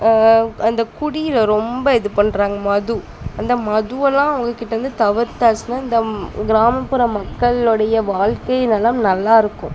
அந்த குடியில் ரொம்ப இது பண்ணுறாங்க மது அந்த மது எல்லாம் அவங்கக்கிட்டேந்து தவிர்த்தாச்சுன்னால் இந்த கிராமப்புற மக்களுடைய வாழ்க்கை நலம் நல்லா இருக்கும்